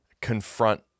confront